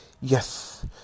yes